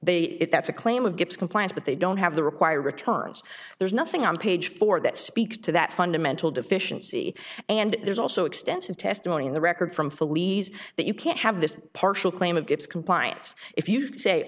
a claim of gets compliance but they don't have the required returns there's nothing on page four that speaks to that fundamental deficiency and there's also extensive testimony in the record from philly's that you can't have this partial claim of gets compliance if you say